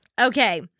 Okay